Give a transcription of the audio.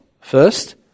First